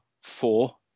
four